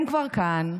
הם כבר כאן,